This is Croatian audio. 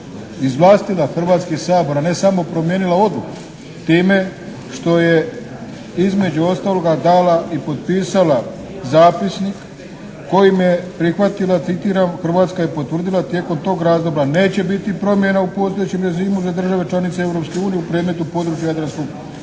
izvlastila Hrvatski sabor, a ne samo promijenila odluku time što je između ostaloga dala i potpisala zapisnik kojim je prihvatila, citiram: "Hrvatska je potvrdila tijekom tog razdoblja neće biti promjena u postojećem režimu za postojeće države članice Europske unije u predmetu područja Jadranskog